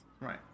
right